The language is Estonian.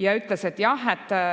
sarnased ja